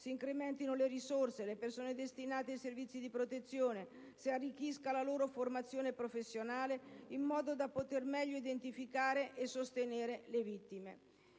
si incrementino le risorse e le persone destinate ai servizi di protezione, si arricchisca la loro formazione professionale in modo da poter meglio identificare e sostenere le vittime.